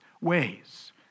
ways